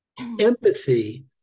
empathy